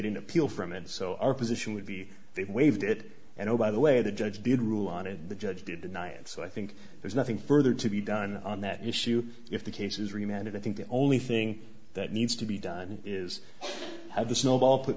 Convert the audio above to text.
didn't appeal from and so our position would be they waived it and oh by the way the judge did rule on it and the judge did deny it so i think there's nothing further to be done on that issue if the case is reminded i think the only thing that needs to be done is have the snowball put